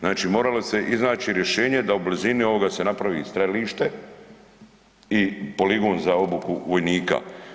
Znači moralo se iznaći rješenje da u blizini ovoga se napravi strelište i poligon za obuku vojnika.